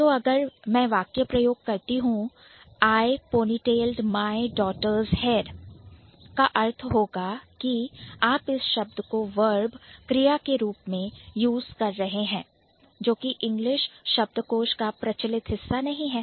तो अगर मैं वाक्य प्रयोग करती हूं I ponytailed my daughter's hair I ponytail my daughter's hair का अर्थ होगा कि आप इस शब्द को Verb क्रिया के रूप में use कर रहे हैं जो कि इंग्लिश शब्दकोश का प्रचलित हिस्सा नहीं है